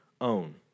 own